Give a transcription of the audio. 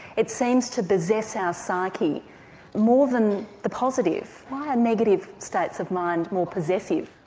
it seems to possess our psyche more than the positive why are negative states of mind more possessive?